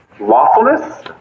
lawfulness